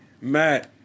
Matt